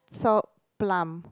salt plum